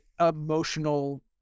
emotional